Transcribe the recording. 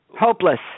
Hopeless